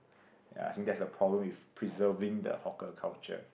ya I think that's a problem with preserving the hawker culture